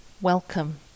welcome